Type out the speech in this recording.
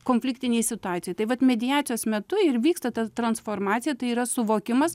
konfliktinėj situacijoj tai vat mediacijos metu ir vyksta ta transformacija tai yra suvokimas